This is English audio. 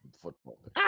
football